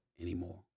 anymore